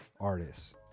artists